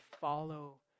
follow